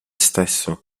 stesso